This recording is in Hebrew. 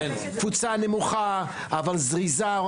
זו קבוצה נמוכה, אבל זריזה.